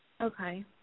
Okay